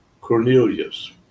Cornelius